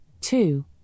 two